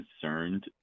concerned